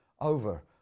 over